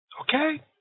Okay